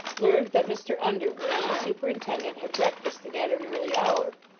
learned that mr. underwood and the superintendent had breakfasted at an early hour.